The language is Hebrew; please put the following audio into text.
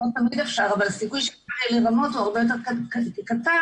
אבל הסיכוי שיוכלו לרמות הוא הרבה יותר קטן,